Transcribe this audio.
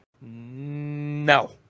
no